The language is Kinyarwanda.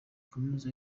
kaminuza